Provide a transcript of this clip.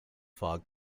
fog